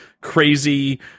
crazy